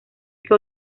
que